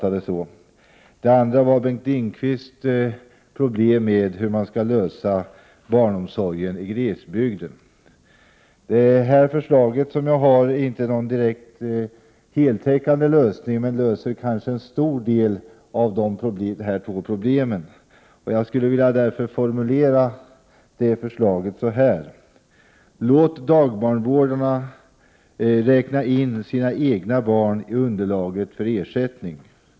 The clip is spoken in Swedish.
Det andra var Bengt Lindqvists problem med att lösa barnomsorgen i glesbygden. Jag har inte något direkt heltäckande förslag, men det löser kanske mycket av de två problemen. Jag skulle vilja formulera förslaget på följande sätt: Låt dagbarnvårdare räkna in sina egna barn i underlaget när det gäller ersättning.